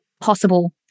possible